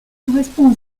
correspond